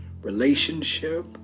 relationship